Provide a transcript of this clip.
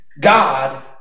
God